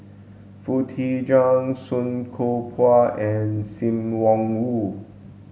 Foo Tee Jun Song Koon Poh and Sim Wong Hoo